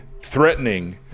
threatening